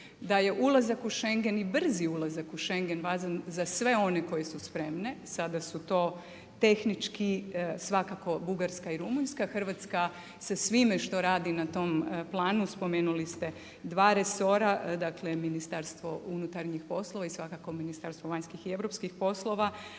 da je ulazak u Schengen i brzi ulazak u Schengen važan za sve one koje su spremne, sada su to tehnički svakako Bugarska i Rumunjska, Hrvatska sa svime što radi na tom planu, spomenuli ste dva resora, dakle MUP i svakako Ministarstvo vanjskih i europskih poslova